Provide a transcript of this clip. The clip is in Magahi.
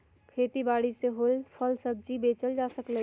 खेती बारी से होएल फल सब्जी बेचल जा सकलई ह